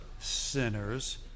sinners